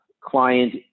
client